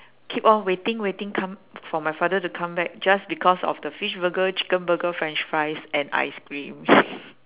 keep on waiting waiting come for my father to come back just because of the fish burger chicken burger french fries and ice cream